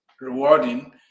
rewarding